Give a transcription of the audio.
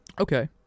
okay